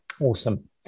Awesome